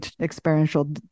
experiential